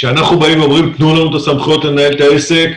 כשאנחנו באים ואומרים תנו לנו את הסמכויות לנהל את העסק,